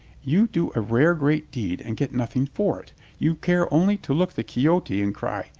you do a rare, great deed and get nothing for it you care only to look the quixote and cry,